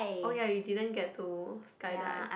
oh ya you didn't get to skydive